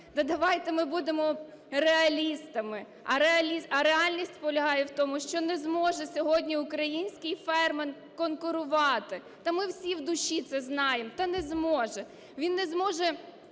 давайте ми будемо реалістами. А реальність полягає в тому, що не зможе сьогодні український фермер конкурувати, та ми всі в душі це знаємо – та не зможе. Він не зможе